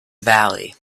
valley